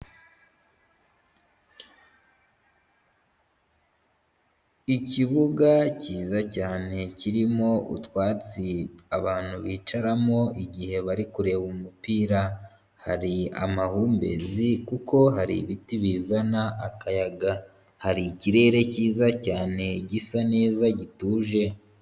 Ikibuga kiza cyane kirimo utwatsi abantu bicaramo igihe barikureba umupira. Hari amahumbezi kuko hari ibiti bizana akayaga. Hari ikirere kiza cyane gisa neza gituje.